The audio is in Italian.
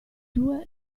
due